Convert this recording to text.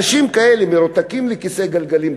אנשים כאלה מרותקים לכיסא גלגלים,